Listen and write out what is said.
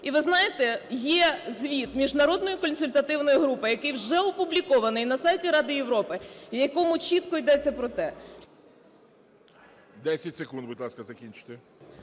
І, ви знаєте, є звіт міжнародної консультативної групи, який вже опублікований на сайті Ради Європи, в якому чітко йдеться про те…